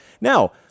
Now